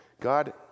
God